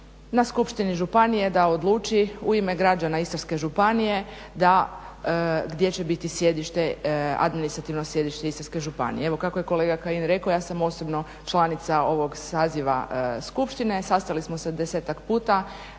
na skupštini županije da odluči u ime građana Istarske županije da gdje će biti sjedište, administrativno sjedište Istarske županije. Evo kako je kolega Kajin rekao, ja sam osobno članica ovog saziva skupštine, sastali smo se desetak puta